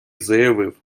заявив